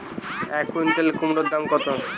এক কুইন্টাল কুমোড় দাম কত?